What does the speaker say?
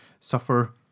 suffer